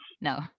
No